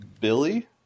Billy